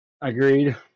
Agreed